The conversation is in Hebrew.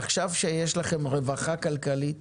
עכשיו שיש לכם רווחה כלכלית